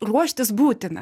ruoštis būtina